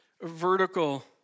Vertical